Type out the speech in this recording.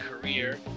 career